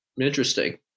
Interesting